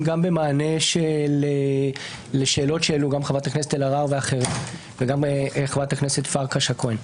גם במענה לשאלות שהעלו חברות הכנסת אלהרר ופרקש הכהן.